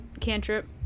Cantrip